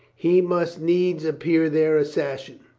he must needs appear their assassin.